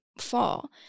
fall